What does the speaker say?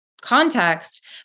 context